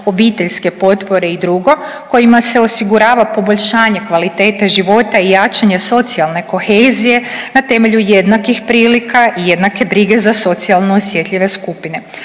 obiteljske potpore i dr. kojima se osigurava poboljšanje kvalitete života i jačanje socijalne kohezije na temelju jednakih prilika i jednake brige za socijalno osjetljive skupine.